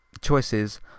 choices